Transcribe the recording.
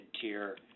tier